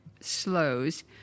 slows